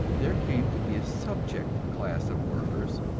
there came to be a subject class of workers,